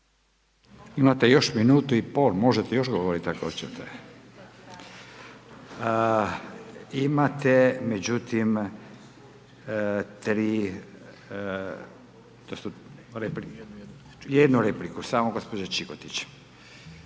Imate još minutu i pol, možete još govoriti ako hoćete. Imate međutim 3, to su replike, 1 repliku, samo gospođa Čikotić.